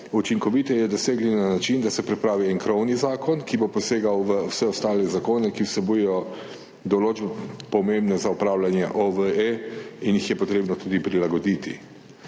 učinkoviteje dosegli na način, da se pripravi en krovni zakon, ki bo posegal v vse ostale zakone, ki vsebujejo določbe, pomembne za upravljanje OVE in jih je treba tudi prilagoditi.